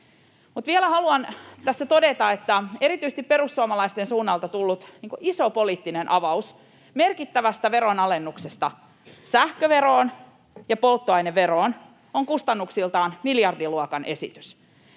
Vielä haluan tässä todeta, että erityisesti perussuomalaisten suunnalta tullut iso poliittinen avaus merkittävästä veronalennuksesta sähköveroon ja polttoaineveroon on kustannuksiltaan miljardiluokan esitys.